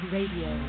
Radio